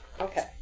okay